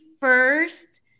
first